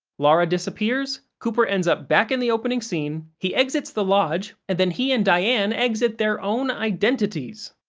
laura disappears, cooper ends up back in the opening scene, he exits the lodge, and then he and diane exit their own identities.